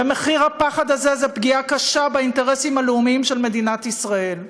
ומחיר הפחד הזה הוא פגיעה קשה באינטרסים הלאומיים של מדינת ישראל.